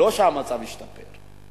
המצב לא השתפר.